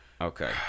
Okay